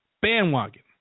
bandwagon